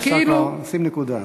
אפשר כבר לשים נקודה.